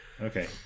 Okay